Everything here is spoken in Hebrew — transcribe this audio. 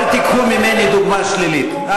אל תיקחו ממני דוגמה שלילית.